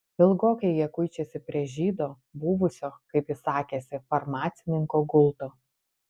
ilgokai jie kuičiasi prie žydo buvusio kaip jis sakėsi farmacininko gulto